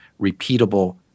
repeatable